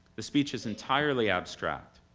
the speech is entirely abstract.